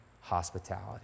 hospitality